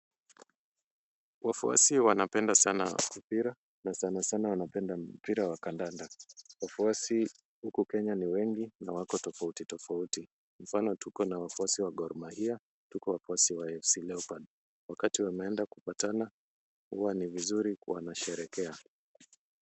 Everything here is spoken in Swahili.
Wafuasi wanapenda sana mpira na sana sana wanapenda mpira wa kandanda. Wafuasi huko Kenya ni wengi na wako tofauti tofauti. Kwa mfano tuko na wafuasi wa Gor Mahia, tuko wafuasi wa AFC Leopards. Wakati wameenda kupatana huwa ni vizuri wanasherehekea.